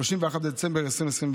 31 בדצמבר 2024,